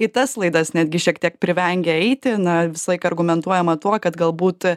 į tas laidas netgi šiek tiek privengia eiti na visą laiką argumentuojama tuo kad galbūt